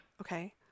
Okay